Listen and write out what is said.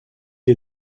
est